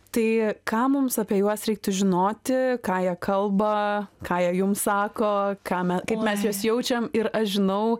tai ką mums apie juos reiktų žinoti ką jie kalba ką jie jum sako ką me kaip mes juos jaučiam ir aš žinau